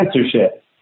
censorship